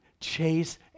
chase